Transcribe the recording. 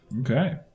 Okay